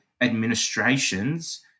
administrations